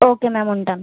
okay ma'am ఉంటాను